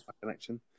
connection